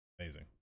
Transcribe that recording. Amazing